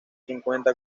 cincuenta